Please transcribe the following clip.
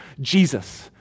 Jesus